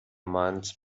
months